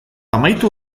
amaitu